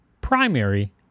primary